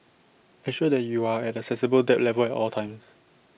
ensure that you are at A sensible debt level at all times